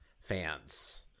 fans